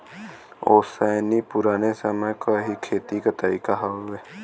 ओसैनी पुराने समय क ही खेती क तरीका हउवे